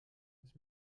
ist